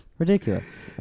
ridiculous